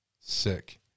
Sick